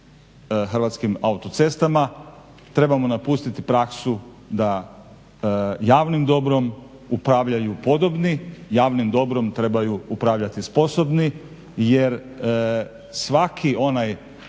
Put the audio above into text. Hrvatskim autocestama. Trebamo napustiti praksu da javnim dobrom upravljaju podobni, javnim dobrom trebaju upravljati sposobni jer svaki onaj